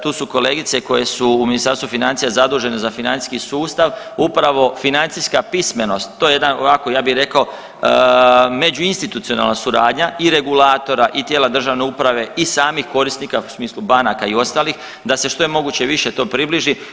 Tu su kolegice koje su u Ministarstvu financija zadužene za financijski sustav, upravo financijska pismenost, to je jedan ovako, ja bih rekao, međuinstitucionalna suradnja i regulatora i tijela državne uprave i samih korisnika u smislu banaka i ostalih, da se što je moguće više to približi.